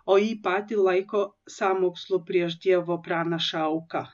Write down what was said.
o jį patį laiko sąmokslų prieš dievo pranašą auka